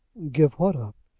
give what up?